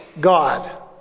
God